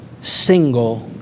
single